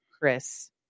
Chris